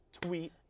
Tweet